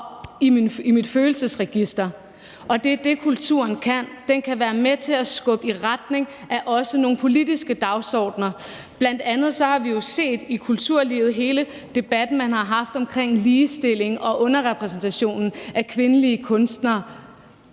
i mine følelser. Det er det, kulturen kan. Den kan også være med til at skubbe i retning af nogle politiske dagsordener. Bl.a. har vi jo set hele den debat, man har haft i kulturlivet om ligestilling og underrepræsentation af kvindelige kunstnere.